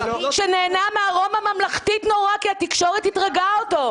שנהנה מארומה ממלכתית כי התקשורת איתרגה אותו.